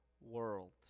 world